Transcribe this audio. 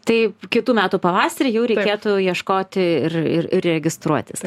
taip kitų metų pavasarį jau reikėtų ieškoti ir ir registruotis